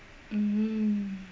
mm